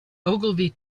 ogilvy